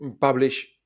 publish